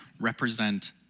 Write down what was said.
represent